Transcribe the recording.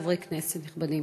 חברי כנסת נכבדים,